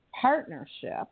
partnership